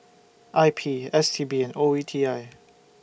I P S T B and O E T I